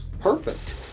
Perfect